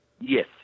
Yes